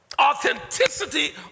authenticity